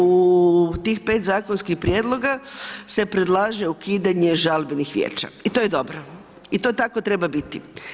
U tih pet zakonskih prijedloga se predlaže ukidanje žalbenih vijeća i to je dobro i to tako treba biti.